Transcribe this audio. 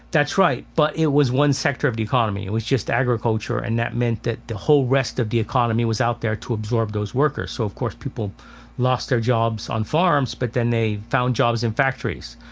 that's right, but it was one sector of the economy. it was just agriculture, and that meant the whole rest of the economy was out there to absorb those workers. so of course, people lost their jobs on farms, but then they found jobs in factories.